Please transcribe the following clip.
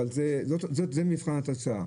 אבל זה מבחן התוצאה.